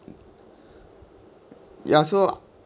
ya so